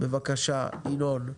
בבקשה ינון.